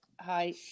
hi